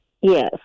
Yes